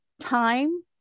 time